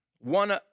one